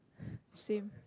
same